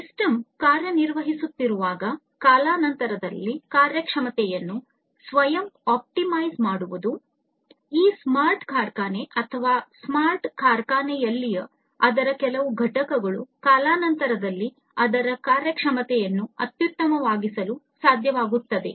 system ಕಾರ್ಯನಿರ್ವಹಿಸುತ್ತಿರುವಾಗ ಕಾಲಾನಂತರದಲ್ಲಿ ಕಾರ್ಯಕ್ಷಮತೆಯನ್ನು ಸ್ವಯಂ ಆಪ್ಟಿಮೈಜ್ ಮಾಡುವುದು ಈ ಸ್ಮಾರ್ಟ್ ಕಾರ್ಖಾನೆ ಅಥವಾ ಸ್ಮಾರ್ಟ್ ಕಾರ್ಖಾನೆಯಲ್ಲಿನ ಅದರ ಕೆಲವು ಘಟಕಗಳು ಕಾಲಾನಂತರದಲ್ಲಿ ಅದರ ಕಾರ್ಯಕ್ಷಮತೆಯನ್ನು ಅತ್ಯುತ್ತಮವಾಗಿಸಲು ಸಾಧ್ಯವಾಗುತ್ತದೆ